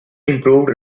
improved